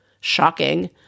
shocking